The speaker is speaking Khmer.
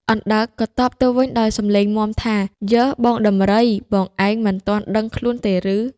អណ្ដើកក៏តបទៅវិញដោយសំឡេងមាំថា៖ "យើ! បងដំរី បងឯងមិនទាន់ដឹងខ្លួនទេឬ?